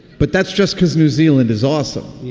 but that's just because new zealand is awesome.